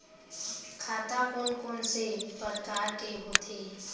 खाता कोन कोन से परकार के होथे?